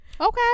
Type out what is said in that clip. okay